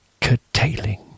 curtailing